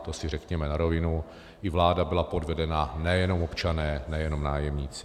To si řekněme na rovinu, i vláda byla podvedena, nejenom občané, nejenom nájemníci.